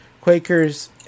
Quakers